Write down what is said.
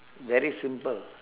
very simple